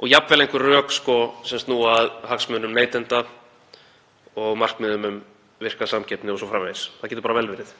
og jafnvel einhver rök sem snúa að hagsmunum neytenda og markmiðum um virka samkeppni o.s.frv. Það getur bara vel verið.